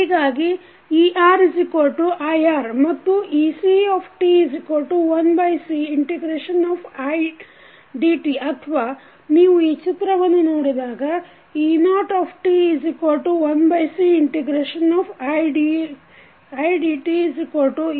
ಹೀಗಾಗಿ eRIR ಮತ್ತು eCt1Cidt ಅಥವಾ ನೀವು ಈ ಚಿತ್ರವನ್ನು ನೋಡಿದಾಗ e0t1CidteC ಇದು ಔಟ್ಪುಟ್